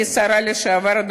כשרה לשעבר,